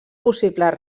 possibles